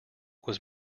was